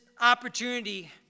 opportunity